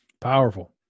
Powerful